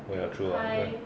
well true lah